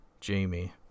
Jamie